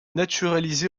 naturalisée